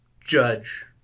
judge